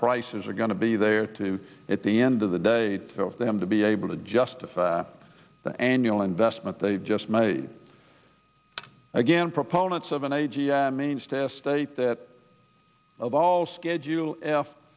prices are going to be there to at the end of the day of them to be able to justify the annual investment they just made again proponents of an a g m means test state that of all schedule f